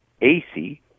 ac